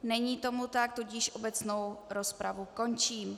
Není tomu tak, tudíž obecnou rozpravu končím.